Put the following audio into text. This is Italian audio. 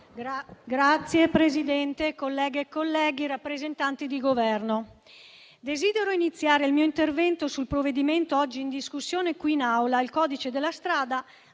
Signor Presidente, colleghe e colleghi, rappresentanti di Governo, desidero iniziare il mio intervento sul provvedimento oggi in discussione qui in Aula, il codice della strada,